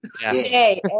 Hey